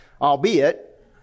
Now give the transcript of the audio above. albeit